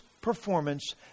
performance